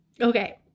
Okay